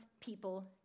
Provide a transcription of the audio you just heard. people